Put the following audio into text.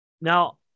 Now